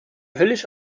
höllisch